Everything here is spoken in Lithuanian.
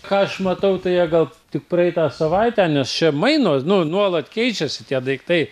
ką aš matau tai jie gal tik praeitą savaitę nes čia mainosi nu nuolat keičiasi tie daiktai